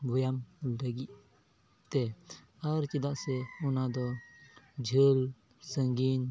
ᱵᱮᱭᱟᱢ ᱞᱟᱹᱜᱤᱫᱛᱮ ᱟᱨ ᱪᱮᱫᱟᱜ ᱥᱮ ᱚᱱᱟ ᱫᱚ ᱡᱷᱟᱹᱞ ᱥᱟᱹᱜᱤᱧ